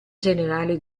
generale